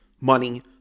money